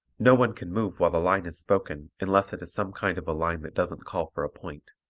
no one can move while a line is spoken unless it is some kind of a line that doesn't call for a point.